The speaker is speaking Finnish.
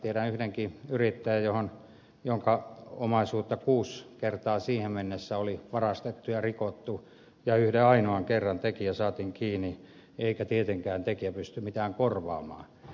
tiedän yhdenkin yrittäjän jonka omaisuutta kuusi kertaa siihen mennessä oli varastettu ja rikottu ja yhden ainoan kerran tekijä saatiin kiinni eikä tietenkään tekijä pysty mitään korvaamaan